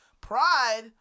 pride